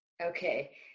Okay